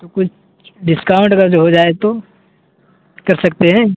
تو کچھ ڈسکاؤنٹ کر کے ہو جائے تو کر سکتے ہیں